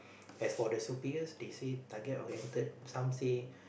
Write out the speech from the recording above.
as for the superiors they say target oriented some say